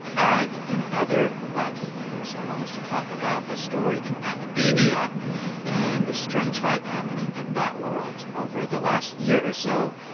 all right. in other wacky news, i want us to talk about a story in academia and the strange fight happening in that world. over the last year or so,